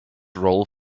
role